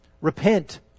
Repent